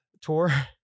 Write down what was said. tour